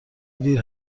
دیر